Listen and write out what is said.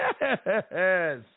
yes